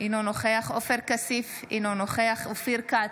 אינו נוכח עופר כסיף, אינו נוכח אופיר כץ,